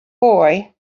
boy